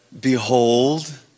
behold